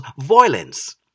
violence